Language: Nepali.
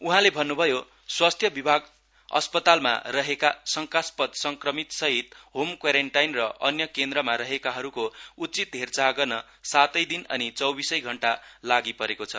उहाँले भन्न्भयो स्वास्थ्य विभाग अस्पतालमा रहेका शंकास्पद संक्रमित सहित होम क्वेरेन्टाइन र अन्य केन्द्रमा रहेकाहरूको उचित हेर्चाह गर्न सातै दिन अनि चौबीसै घण्टा लागि परेको छ